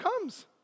comes